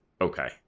Okay